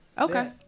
Okay